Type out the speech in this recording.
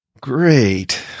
great